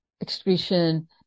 excretion